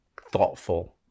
thoughtful